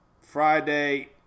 Friday